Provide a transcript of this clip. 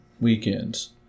weekends